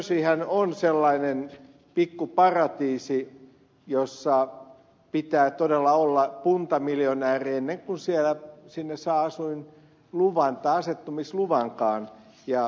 jerseyhän on sellainen pikku paratiisi jossa pitää todella olla puntamiljonääri ennen kuin sinne saa asuinluvan tai asettumisluvankaan